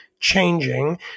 changing